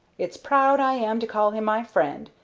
it's proud i am to call him my friend,